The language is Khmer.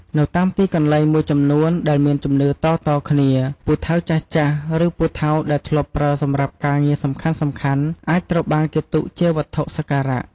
នៅតាមទីកន្លែងមួយចំនួនដែលមានជំនឿតៗគ្នា ពូថៅចាស់ៗ ឬពូថៅដែលធ្លាប់ប្រើសម្រាប់ការងារសំខាន់ៗ អាចត្រូវបានគេទុកជាវត្ថុសក្ការៈ។